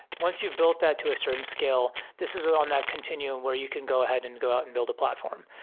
once you've built that to a certain scale, this is on that continuum where you can go ahead and go out and build a platform.